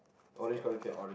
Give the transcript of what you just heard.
orange colour cap